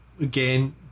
again